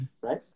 Right